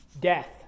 Death